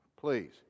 please